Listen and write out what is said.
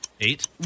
Eight